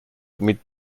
mit